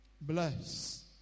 Bless